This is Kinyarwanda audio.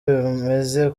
bimeze